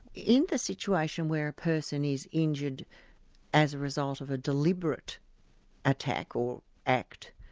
in the situation where a person is injured as a result of a deliberate attack, or act,